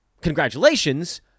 congratulations